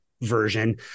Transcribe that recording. version